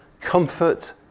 comfort